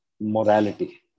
morality